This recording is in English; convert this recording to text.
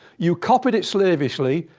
you copied it slavishly,